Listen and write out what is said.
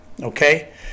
Okay